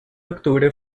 octubre